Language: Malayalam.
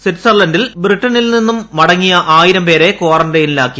സ്വിറ്റ്സർലന്റിൽ ബ്രിട്ടനിൽ നിന്നും മടങ്ങിയ ആയിരം പേരെ ക്വാറന്റൈനിലാക്കി